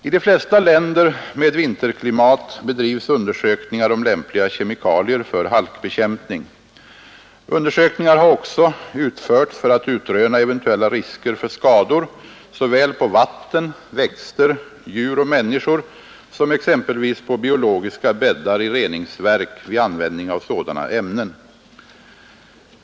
I de flesta länder med vinterklimat bedrivs undersökningar om lämpliga kemikalier för halkbekämpning. Undersökningar har också utförts för att utröna eventuella risker för skador såväl på vatten, växter, djur och människor som exempelvis på biologiska bäddar i reningsverk vid användning av sådana ämnen.